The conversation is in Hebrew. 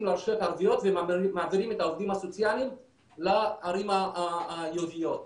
לרשויות הערביות ומעבירים את העובדים הסוציאליות לערים היהודיות.